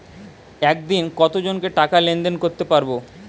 একদিন কত জনকে টাকা লেনদেন করতে পারবো?